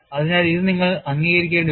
അതിനാൽ ഇത് നിങ്ങൾ അംഗീകരിക്കേണ്ടിവരും